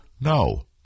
no